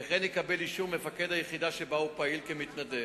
וכן לקבל אישור ממפקד היחידה שבה הוא פעיל כמתנדב.